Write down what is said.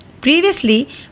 Previously